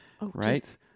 right